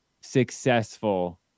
successful